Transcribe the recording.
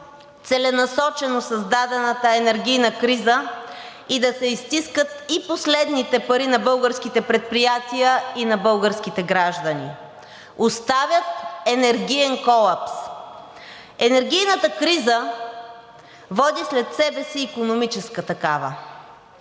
целенасочено създадената енергийна криза и да се изстискат и последните пари на българските предприятия и на българските граждани. Оставят енергиен колапс. Енергийната криза води след себе си икономическа такава